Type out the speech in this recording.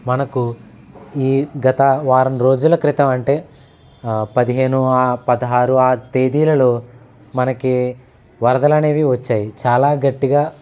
మనకు ఈ గత వారం రోజుల క్రితం అంటే పదిహేను పదహారు ఆ తేదీలలో మనకి వరదలు అనేవి వచ్చాయి చాలా గట్టిగా